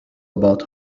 about